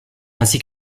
ainsi